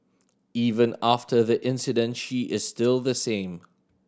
even after the incident she is still the same